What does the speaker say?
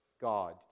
God